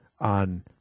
on